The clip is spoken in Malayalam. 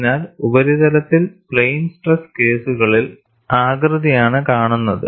അതിനാൽ ഉപരിതലത്തിൽ പ്ലെയിൻ സ്ട്രെസ് കേസുകളിൽ ആകൃതിയാണ് കാണുന്നത്